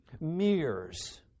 mirrors